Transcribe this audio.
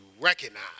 recognize